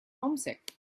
homesick